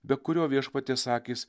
be kurio viešpaties akys